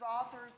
authors